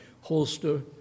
holster